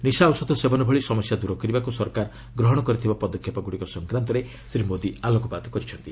ନିଶା ଔଷଧ ସେବନ ଭଳି ସମସ୍ୟା ଦୂରକରିବାକୁ ସରକାର ଗ୍ରହଣ କରିଥିବା ପଦକ୍ଷେପଗୁଡ଼ିକ ସଂକ୍ରାନ୍ତରେ ଶ୍ରୀ ମୋଦି ଆଲୋକପାତ କରିଛନ୍ତି